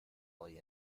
alley